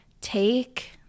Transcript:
take